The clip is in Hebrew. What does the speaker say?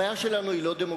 הבעיה שלנו היא לא דמוגרפית,